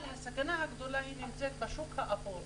הסכנה הגדולה נמצאת בשוק האפור,